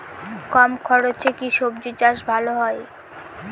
কম খরচে কি সবজি চাষ ভালো হয়?